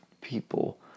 people